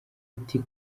ati